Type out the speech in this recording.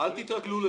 נניח שנברור את